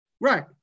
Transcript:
Right